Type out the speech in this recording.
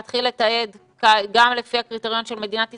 להתחיל לתעד גם לפי הקריטריון של מדינת ישראל,